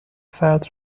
فرد